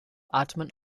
atmen